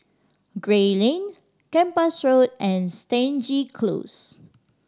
Gray Lane Kempas Road and Stangee Close